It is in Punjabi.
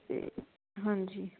ਅਤੇ ਹਾਂਜੀ